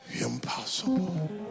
impossible